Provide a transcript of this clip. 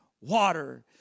water